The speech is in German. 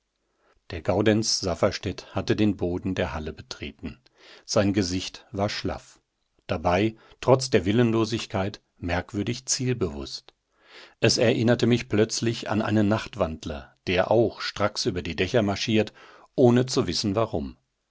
der gaudenz safferstätt hatte den boden der halle betreten sein gesicht war schlaff dabei trotz der willenlosigkeit merkwürdig zielbewußt es erinnerte mich plötzlich an einen nachtwandler der auch stracks über die dächer marschiert ohne zu wissen warum